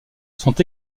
sont